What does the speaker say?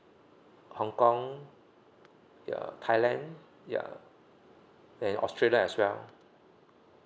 hongkong uh thailand ya and australia as well